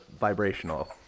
vibrational